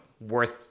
worth